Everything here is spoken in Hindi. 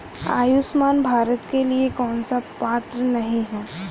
आयुष्मान भारत के लिए कौन पात्र नहीं है?